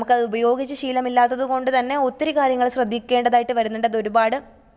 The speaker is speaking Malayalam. നമുക്ക് അത് ഉപയോഗിച്ച് ശീലമില്ലാത്തത് കൊണ്ട് തന്നെ ഒത്തിരി കാര്യങ്ങൾ ശ്രദ്ധിക്കേണ്ടതായിട്ട് വരുന്നുണ്ട് അതൊര്പാട്